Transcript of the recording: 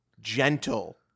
gentle